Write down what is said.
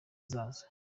zazo